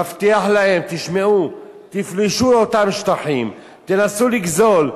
מבטיחה להם: תפלשו לאותם שטחים, תנסו לגזול.